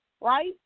right